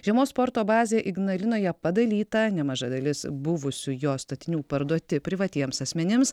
žiemos sporto bazė ignalinoje padalyta nemaža dalis buvusių jos statinių parduoti privatiems asmenims